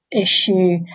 issue